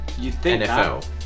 NFL